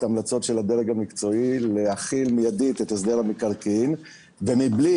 המלצות הדרג המקצועי להחיל מיידית את הסדר המקרקעין ומבלי,